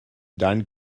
dein